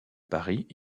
paris